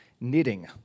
knitting